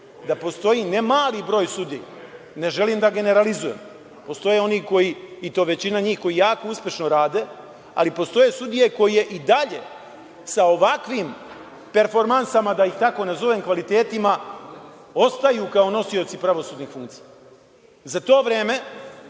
da postoji ne mali broj sudija, ne želim da generalizujem, postoje oni i to većina njih koji jako uspešno rade, ali postoje sudije koje i dalje sa ovakvim performansama, da ih tako nazovem, kvalitetima, ostaju kao nosioci pravosudnih funkcija. Za to vreme